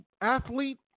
athlete